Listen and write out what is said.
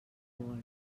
vol